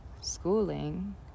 schooling